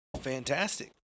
fantastic